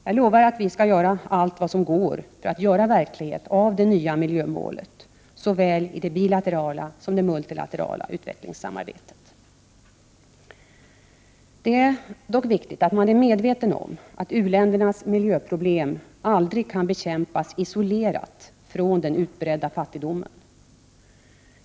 Jag lovar att vi skall göra allt som går att göra för att förverkliga det nya miljömålet, såväl i det bilaterala som i det multilaterala utvecklingssamarbetet. Det är dock viktigt att vara medveten om att u-ländernas miljöproblem aldrig kan bekämpas isolerat från den utbredda fattigdomen.